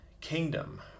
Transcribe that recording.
kingdom